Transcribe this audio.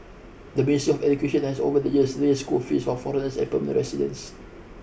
the Ministry of Education has over the years raised school fees for foreigners and permanent residents